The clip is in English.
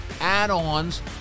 add-ons